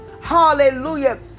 hallelujah